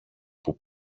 που